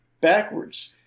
backwards